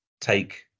take